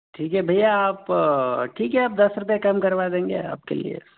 ठीक है भय्या आप ठीक है आप दस रुपये कम करवा देंगे आप के लिए